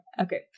Okay